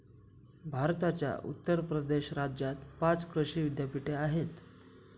भारताच्या उत्तर प्रदेश राज्यात पाच कृषी विद्यापीठे आहेत